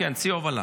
כן, צי הובלה.